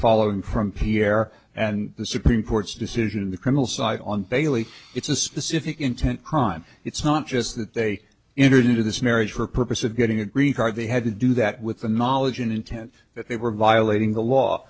following from pierre and the supreme court's decision in the criminal side on bailey it's a specific intent crime it's not just that they entered into this marriage for purpose of getting a green card they had to do that with the knowledge and intent that they were violating the law